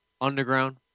underground